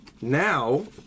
now